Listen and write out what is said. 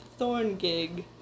Thorngig